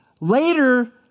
later